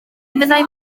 meddai